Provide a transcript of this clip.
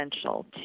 essential